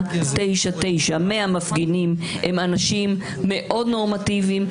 99.99% מהמפגינים הם אנשים מאוד נורמטיביים,